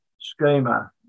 schema